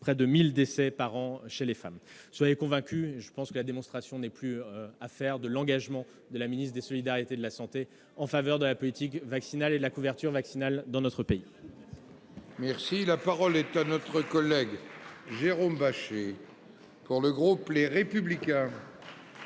près de 1 000 décès par an chez les femmes. Soyez convaincue, et la démonstration n'est plus à faire, de l'engagement de la ministre des solidarités et de la santé en faveur de la politique vaccinale et de la couverture vaccinale dans notre pays. La parole est à M. Jérôme Bascher, pour le groupe Les Républicains.